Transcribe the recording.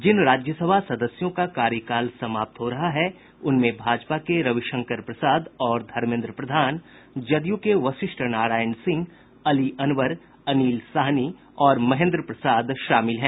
जिन राज्यसभा सदस्यों का कार्यकाल समाप्त हो रहा है उनमें भाजपा के रविशंकर प्रसाद और धर्मेन्द्र प्रधान जदयू के वशिष्ठ नारायण सिंह अली अनवर अनिल साहनी और महेन्द्र प्रसाद शामिल हैं